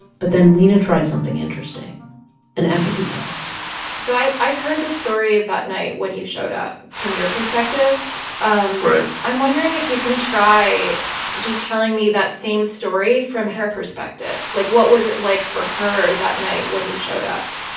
but then lina tried something interesting an empathy test so i've heard the story of that night when you showed up from your perspective um right i'm wondering if you can try just telling me that same story from her perspective. like, what was it like for her that night when you showed up?